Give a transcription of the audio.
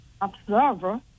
observer